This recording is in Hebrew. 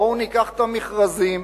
ניקח את המכרזים